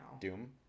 doom